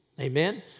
Amen